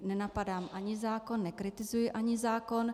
Nenapadám ani zákon, nekritizuji ani zákon.